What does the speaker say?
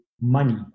money